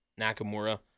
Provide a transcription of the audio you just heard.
Nakamura –